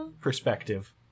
perspective